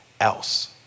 else